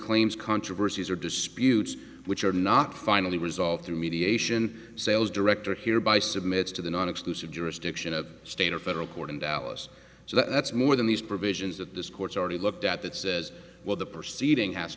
claims controversies or disputes which are not finally resolved through mediation sales director hereby submit to the non exclusive jurisdiction of state or federal court in dallas so that's more than these provisions of this court's already looked at that says well the perceiving has